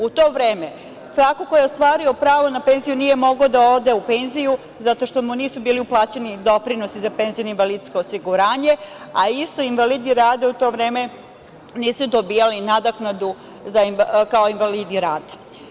U to vreme, svako ko je ostvario pravo ne penziju nije mogao da ode u penziju zato što mu nisu bili uplaćeni doprinosi za penzijsko i invalidsko osiguranje, a isto invalidi rada u to vreme nisu dobijali nadoknadu kao invalidi rada.